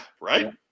Right